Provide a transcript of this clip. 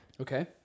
Okay